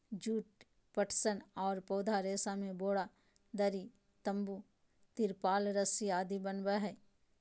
जुट, पटसन आर पौधा रेशा से बोरा, दरी, तंबू, तिरपाल रस्सी आदि बनय हई